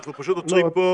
אנחנו עוצרים פה.